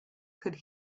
could